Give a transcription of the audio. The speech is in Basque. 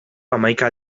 hamaika